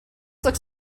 looks